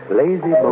lazy